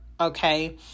Okay